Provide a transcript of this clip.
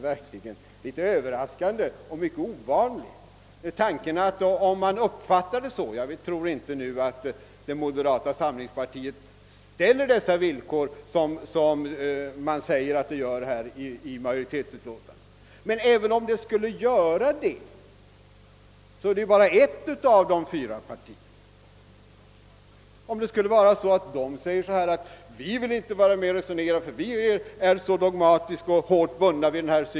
Om man i moderata samlingspartiet inte anser sig kunna vara med och resonera om denna sak därför att man är alltför dogmatisk och hårt bunden vid sin syn på dessa frågor — jag tror nu inte att man ställer sådana villkor som anges i utskottsutlåtandet — så är ju ändå moderata samlingspartiet bara ett av de fyra partierna. Men jag tror som sagt att vi kan föra sådana diskussioner mellan alla fyra partierna.